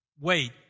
wait